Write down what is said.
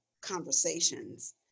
conversations